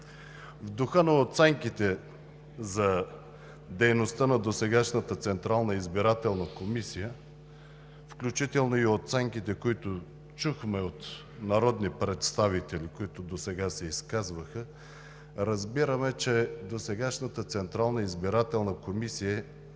В духа на оценките за дейността на досегашната Централна избирателна комисия, включително и оценките, които чухме от народни представители, които досега се изказваха, разбираме, че досегашната Централна избирателна комисия